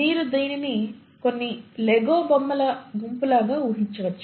మీరు దీనిని కొన్ని లెగో బొమ్మల గుంపు లాగా ఊహించవచ్చు